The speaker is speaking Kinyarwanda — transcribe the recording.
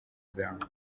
zawe